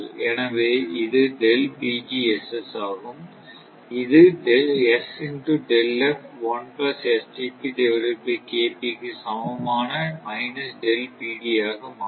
எனவே இது ஆகும் இது க்கு சமமான ஆக மாறும்